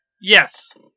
Yes